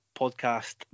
podcast